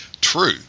true